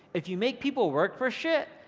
if you make people work for shit,